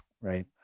right